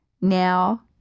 now